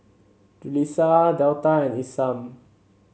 Julisa Delta and Isam